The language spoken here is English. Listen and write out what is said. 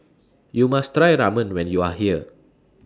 YOU must Try Ramen when YOU Are here